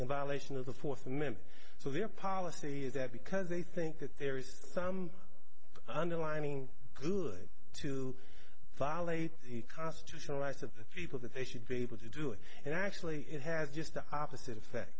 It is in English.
in violation of the fourth member so their policy is that because they think that there is some underlying good to violate the constitutional rights of people that they should be able to do it and actually it has just the opposite effect